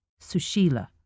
Sushila